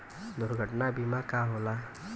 दुर्घटना बीमा का होला?